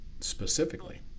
specifically